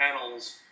panels